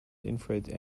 infrared